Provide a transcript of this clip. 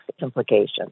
implications